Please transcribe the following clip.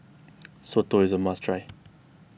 Soto is a must try